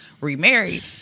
remarried